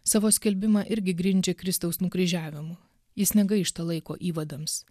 savo skelbimą irgi grindžia kristaus nukryžiavimu jis negaišta laiko įvadams